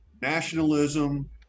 nationalism